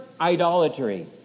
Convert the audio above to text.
idolatry